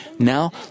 Now